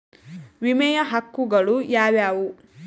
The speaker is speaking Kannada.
ವಿಮೆಯ ಹಕ್ಕುಗಳು ಯಾವ್ಯಾವು?